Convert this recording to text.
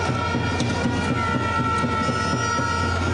אלה ימים קשים עבור